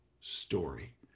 story